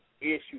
issues